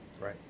Right